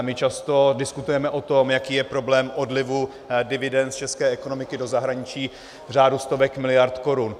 My často diskutujeme o tom, jaký je problém odlivu dividend z české ekonomiky do zahraničí v řádu stovek miliard korun.